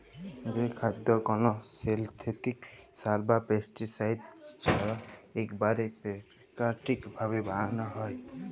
যে খাদ্য কল সিলথেটিক সার বা পেস্টিসাইড ছাড়া ইকবারে পেরাকিতিক ভাবে বানালো হয়